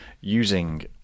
using